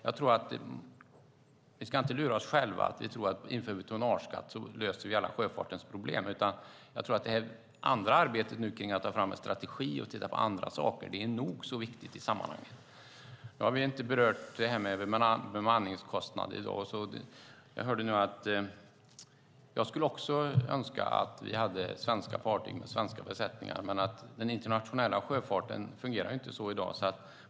Jag tror inte att vi ska lura oss själva att tro att om vi inför tonnageskatt så löser vi alla sjöfartens problem, utan jag tror att det andra arbetet kring att ta fram en strategi och titta på andra saker är nog så viktigt i sammanhanget. Då har vi inte berört det här med bemanningskostnader i dag. Jag skulle också önska att vi hade svenska fartyg med svenska besättningar. Men den internationella sjöfarten fungerar inte så i dag.